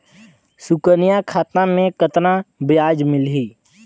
सुकन्या खाता मे कतना ब्याज मिलही?